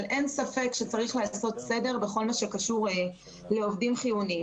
אין ספק שצריך לעשות סדר בכל מה שקשור לעובדים חיוניים.